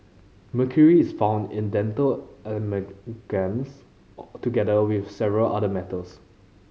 mercury is found in dental amalgams together with several other metals